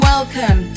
Welcome